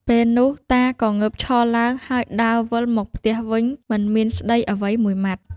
ពេលនោះតាក៏ងើបឈរឡើង ហើយដើរវិលមកផ្ទះវិញមិនមានស្ដីអ្វីមួយម៉ាត់។